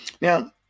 Now